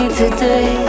today